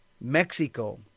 Mexico